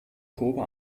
grobe